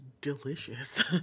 delicious